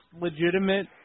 legitimate